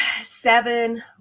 seven